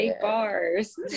bars